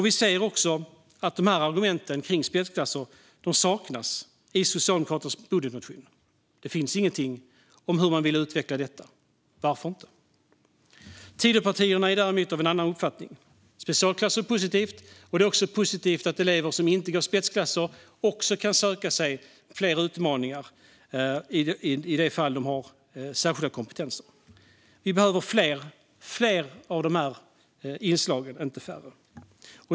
Vi ser att argumenten för spetsklasser saknas i Socialdemokraternas budgetmotion. Det finns ingenting om hur man vill utveckla detta. Varför inte? Tidöpartierna är däremot av en annan uppfattning: Specialklasser är positivt, och det är även positivt att också elever som inte går i spetsklasser kan söka fler utmaningar i de fall de har särskilda kompetenser. Vi behöver fler av dessa inslag, inte färre.